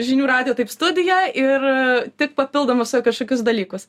žinių radijo taip studiją ir tik papildomus kažkokius dalykus